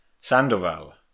Sandoval